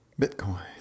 Bitcoin